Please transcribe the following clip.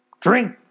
drink